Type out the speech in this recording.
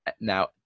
now